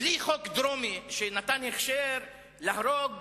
בלי חוק דרומי, שנתן הכשר להרוג